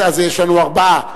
יש לנו ארבעה,